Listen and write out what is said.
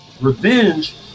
Revenge